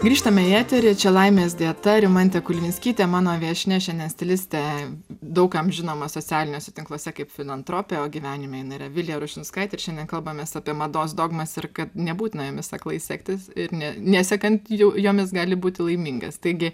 grįžtam į eterį čia laimės dieta rimantė kulvinskytė mano viešnia šiandien stilistė daug kam žinoma socialiniuose tinkluose kaip filantropė o gyvenime jinai yra vilija rušinskaitė ir šiandien kalbamės apie mados dogmas ir kad nebūtina jomis aklai sektis ir ne nesekant jų jomis gali būti laimingas taigi